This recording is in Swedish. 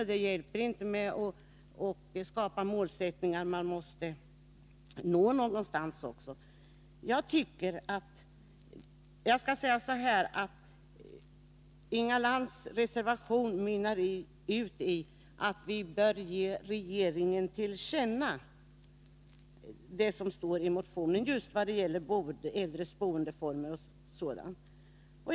Men det hjälper inte med att skapa målsättningar, man måste nå någonstans också. Inga Lantz reservation mynnar ut i att vi skall ge regeringen till känna vad som står i motionen när det gäller äldres boendeformer och sådant.